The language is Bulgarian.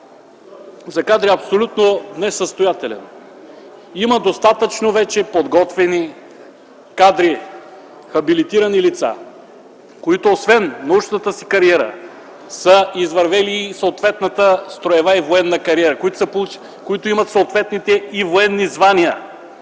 за кадри, е абсолютно несъстоятелен. Вече има достатъчно подготвени кадри – хабилитирани лица, които освен научната си кариера, са извървели съответната строева и военна кариера, имат съответните военни звания